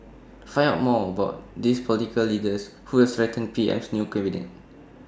find out more about these political leaders who will strengthen PM's new cabinet